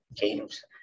games